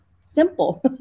simple